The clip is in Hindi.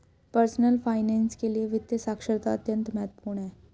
पर्सनल फाइनैन्स के लिए वित्तीय साक्षरता अत्यंत महत्वपूर्ण है